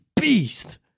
beast